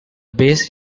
base